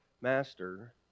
master